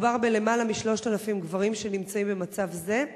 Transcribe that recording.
מדובר בלמעלה מ-3,000 גברים שנמצאים במצב זה,